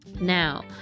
Now